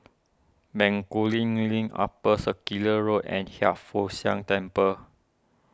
Bencoolen Link Upper Circular Road and Hiang Foo Siang Temple